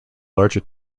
larger